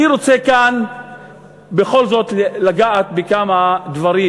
אני רוצה כאן בכל זאת לגעת בכמה דברים